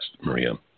Maria